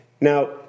Now